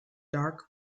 dark